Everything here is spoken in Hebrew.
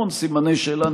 המון סימני שאלה,